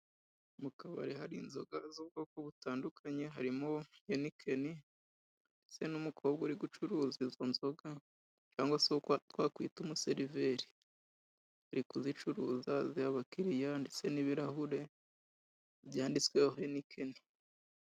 Mu kabari hari inzoga z'ubwoko butandukanye harimo henikeni ndetse n'umukobwa uri gucuruza izo nzoga cyangwa se uwo twakwita umuseriveri ari kuzicuruza aziha abakiriya ndetse n'ibirahure byanditsweho henikeni.